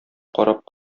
карап